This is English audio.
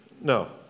No